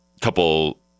couple